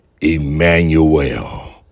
Emmanuel